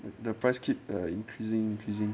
the price keep the increasing increasing